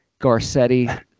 Garcetti